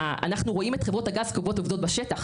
שאנחנו רואים את חברות הגז כחברות עובדות בשטח.